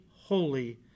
holy